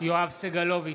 יואב סגלוביץ'